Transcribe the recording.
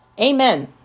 Amen